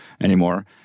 anymore